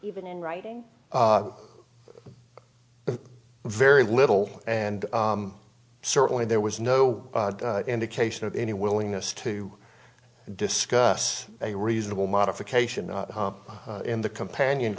even in writing very little and certainly there was no indication of any willingness to discuss a reasonable modification in the companion